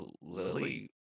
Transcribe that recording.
Lily